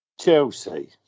Chelsea